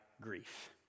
grief